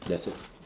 that's it